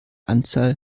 anzahl